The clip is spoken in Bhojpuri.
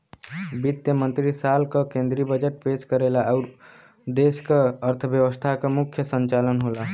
वित्त मंत्री साल क केंद्रीय बजट पेश करेला आउर देश क अर्थव्यवस्था क मुख्य संचालक होला